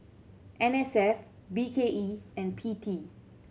N S F B K E and P T